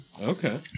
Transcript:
Okay